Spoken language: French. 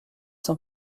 cent